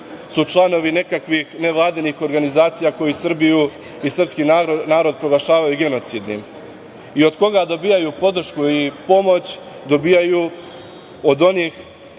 su članovi nekakvih nevladinih organizacija koji Srbiju i srpski narod proglašavaju genocidnim i od koga dobijaju podršku i pomoć, a dobijaju je od onih